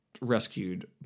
rescued